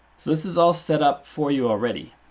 so this is all set up for you already,